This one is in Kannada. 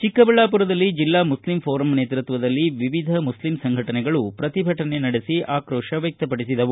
ಚಿಕ್ಕಬಳ್ಳಾಪುರದಲ್ಲಿ ಜಿಲ್ಲಾ ಮುಸ್ಲಿಂ ಪೋರಂ ನೇತೃತ್ವದಲ್ಲಿ ವಿವಿಧ ಮುಸ್ಲಿಂ ಸಂಘಟನೆಗಳು ಬೃಹತ್ ಪ್ರತಿಭಟನೆ ನಡೆಸಿ ಆಕ್ರೋಶ ವ್ಯಕ್ತಪಡಿಸಿದವು